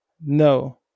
No